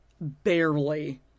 Barely